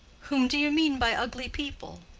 whom do you mean by ugly people?